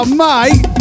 mate